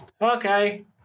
Okay